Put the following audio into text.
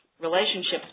relationships